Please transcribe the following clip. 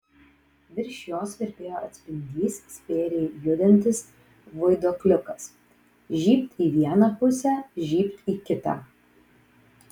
virš jos virpėjo atspindys spėriai judantis vaiduokliukas žybt į vieną pusę žybt į kitą